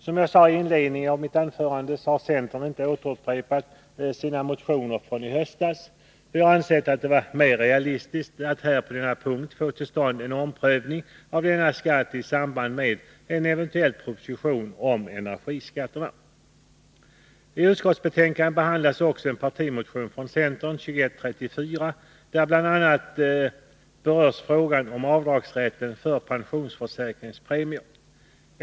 Som jag sade i inledningen av mitt anförande har centern inte upprepat sin motion från i höstas. Vi har ansett det vara mera realistiskt att få till stånd en omprövning av denna skatt i samband med en eventuell proposition om energiskatterna. I utskottsbetänkandet behandlas också en partimotion från centern, motion nr 2134, där bl.a. frågan om rätten till avdrag för pensionsförsäkringspremier berörs.